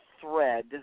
thread